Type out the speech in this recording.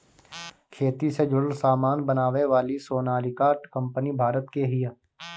खेती से जुड़ल सामान बनावे वाली सोनालिका कंपनी भारत के हिय